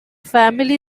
family